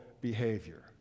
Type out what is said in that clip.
behavior